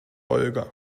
olga